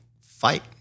fight